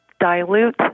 dilute